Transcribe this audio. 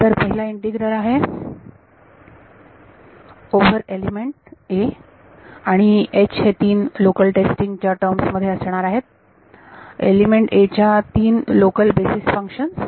तर पहिला इंटिग्रल आहे ओव्हर एलिमेंट a आणि हे तीन लोकल टेस्टिंग च्या टर्म मध्ये असणार आहे एलिमेंट a च्या 3 लोकल बेसीस फंक्शन्स